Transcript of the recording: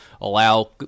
allow